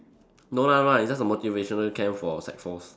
no lah no lah it's just a motivational camp for sec fours